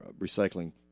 recycling